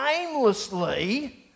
aimlessly